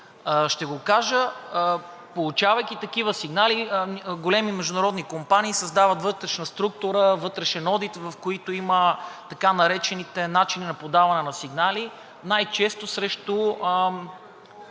Ще го кажа, получавайки такива сигнали, големи международни компании създават вътрешна структура, вътрешен одит, в които има така наречените начини на подаване на сигнали, най-често срещу